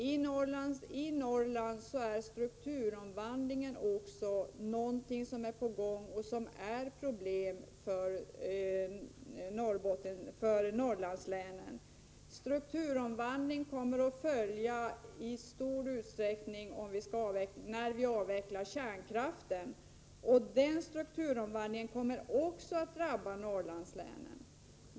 I Norrland är strukturomvandlingen också något som är på gång och som utgör problem för Norrlandslänen. Strukturomvandling kommer att ske i stor utsträckning när vi avvecklar kärnkraften. Den strukturomvandlingen kommer att drabba även Norrlandslänen.